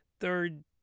third